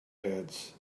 heads